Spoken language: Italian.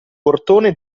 portone